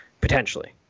potentially